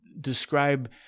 Describe